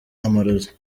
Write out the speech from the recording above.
amarozi